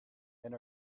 and